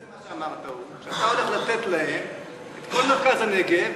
מה שאמרת הוא שאתה הולך לתת להם את כל מרכז הנגב.